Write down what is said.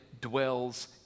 dwells